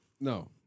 No